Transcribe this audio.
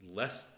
less